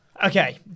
Okay